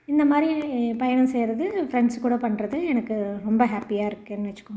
இந்தமாதிரி பயணம் செய்வது ஃப்ரெண்ட்ஸ் கூட பண்ணுறது எனக்கு ரொம்ப ஹாப்பியாக இருக்குதுன்னு வெச்சுக்கோங்களேன்